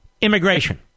Immigration